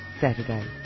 Saturday